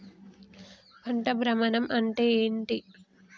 పంట భ్రమణం అంటే ఏంటి?